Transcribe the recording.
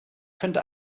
könnte